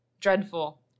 Dreadful